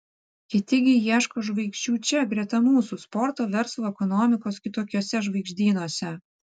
kiti gi ieško žvaigždžių čia greta mūsų sporto verslo ekonomikos kitokiuose žvaigždynuose